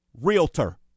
realtor